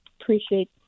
appreciate